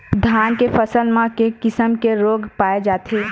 धान के फसल म के किसम के रोग पाय जाथे?